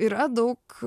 yra daug